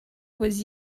was